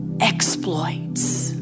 exploits